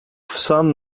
some